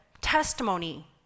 Testimony